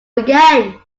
again